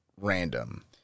random